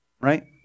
right